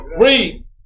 Read